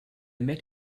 met